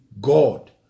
God